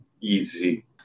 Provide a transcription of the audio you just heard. easy